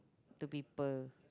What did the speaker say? to people